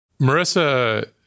Marissa